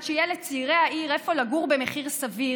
שיהיה לצעירי העיר איפה לגור במחיר סביר,